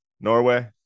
Norway